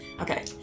Okay